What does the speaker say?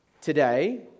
today